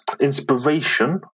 inspiration